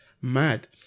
mad